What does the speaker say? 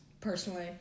personally